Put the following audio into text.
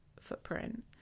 footprint